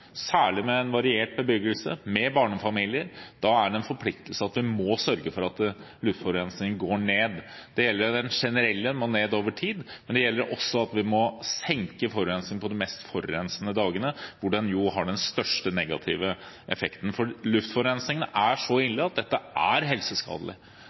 med en variert bebyggelse, med barnefamilier. Da er det en forpliktelse at vi må sørge for at luftforurensningen går ned. Det gjelder den generelle luftforurensningen, den må ned over tid, men det gjelder også å senke forurensningen på de mest forurensede dagene, hvor den jo har den største negative effekten. Luftforurensningen er så ille at dette er helseskadelig,